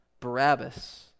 Barabbas